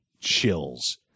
chills